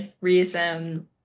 reason